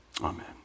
Amen